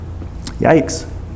Yikes